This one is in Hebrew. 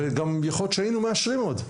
וגם יכול להיות שהיינו מאשרים עוד.